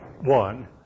one